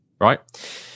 right